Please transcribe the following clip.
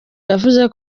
yavuze